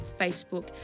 Facebook